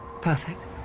Perfect